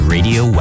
Radio